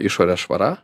išorės švara